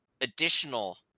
additional